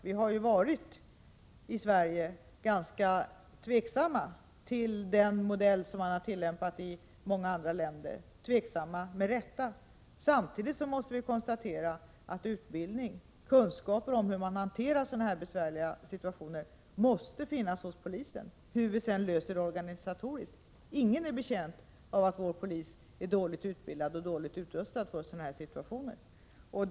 Vi har ju i Sverige varit ganska tveksamma — och med rätta — till den modell som tillämpas i många andra länder. Samtidigt måste vi konstatera att utbildning, kunskaper om hur man hanterar sådana besvärliga situationer, måste finnas hos polisen, oavsett hur vi sedan löser det organisatoriskt. Ingen är betjänt av att vår polis är dåligt utbildad och dåligt utrustad för dessa uppgifter.